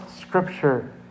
scripture